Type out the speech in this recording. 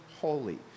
holy